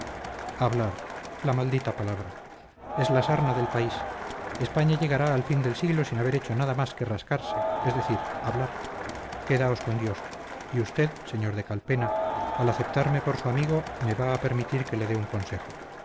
hablar la maldita palabra es la sarna del país españa llegará al fin del siglo sin haber hecho nada más que rascarse es decir hablar quedaos con dios y usted sr de calpena al aceptarme por su amigo me va a permitir que le dé un consejo